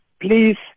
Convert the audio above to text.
please